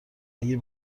اگه